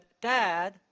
Dad